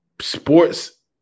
sports